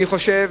אני חושב